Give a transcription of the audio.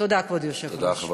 תודה, כבוד היושב-ראש.